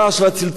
וכן הלאה.